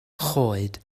choed